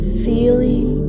feeling